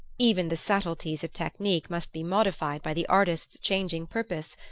even the subtleties of technique must be modified by the artist's changing purpose,